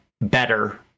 better